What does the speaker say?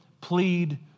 plead